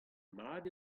mat